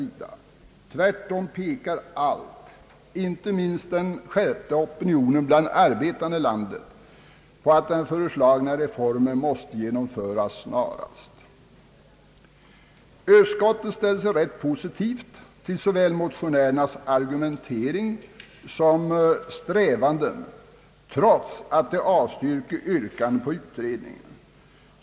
Tvärtom pekar allt — inte minst den skärpta opinionen bland arbetarna i landet — på att den föreslagna reformen måste genomföras snarast. Utskottet ställer sig rätt positivt till såväl motionärernas argumentering som strävanden, trots att det avstyrker yrkandena om utredning.